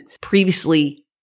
previously